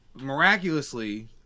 miraculously